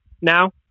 now